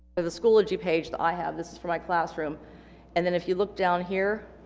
ah the schoology page that i have this is for my classroom and then if you look down here